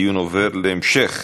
הדיון עובר להמשך